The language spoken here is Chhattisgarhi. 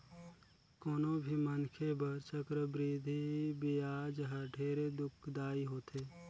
कोनो भी मनखे बर चक्रबृद्धि बियाज हर ढेरे दुखदाई होथे